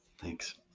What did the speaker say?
Thanks